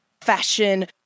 fashion